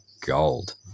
gold